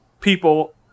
people